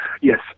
Yes